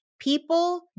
people